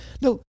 no